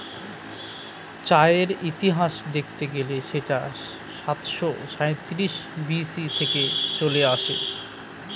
চায়ের ইতিহাস দেখতে গেলে সেটা সাতাশো সাঁইত্রিশ বি.সি থেকে চলে আসছে